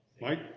Mike